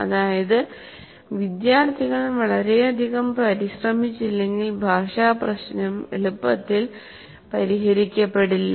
അതായതു വിദ്യാർത്ഥികൾ വളരെയധികം പരിശ്രമിച്ചില്ലെങ്കിൽ ഭാഷാപ്രശ്നം എളുപ്പത്തിൽ പരിഹരിക്കപ്പെടില്ല